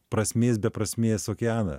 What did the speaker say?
prasmės be prasmės okeaną